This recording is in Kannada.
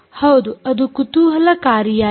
ಹೌದು ಅದು ಕುತೂಹಲಕಾರಿಯಾಗಿದೆ